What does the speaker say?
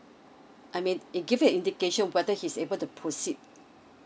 I mean it give a indication whether he's able to proceed